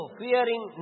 fearing